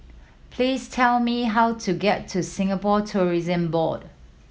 please tell me how to get to Singapore Tourism Board